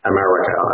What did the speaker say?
America